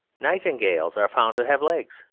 nightingales are found to have legs,